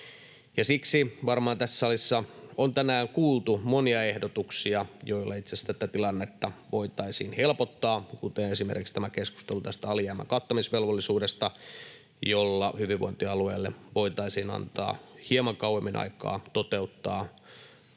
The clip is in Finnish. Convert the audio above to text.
Siksi varmaan tässä salissa on tänään kuultu monia ehdotuksia, joilla itse asiassa tätä tilannetta voitaisiin helpottaa, kuten on esimerkiksi ollut tämä keskustelu alijäämän kattamisvelvollisuudesta, jolla hyvinvointialueille voitaisiin antaa hieman kauemmin aikaa toteuttaa